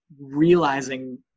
realizing